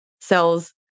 cells